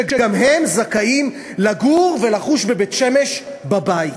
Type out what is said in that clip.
שגם הם זכאים לגור ולחוש בבית-שמש בבית.